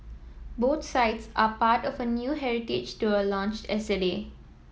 both sites are part of a new heritage tour launched